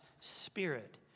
spirit